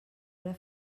era